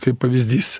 kaip pavyzdys